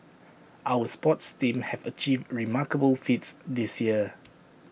our sports teams have achieved remarkable feats this year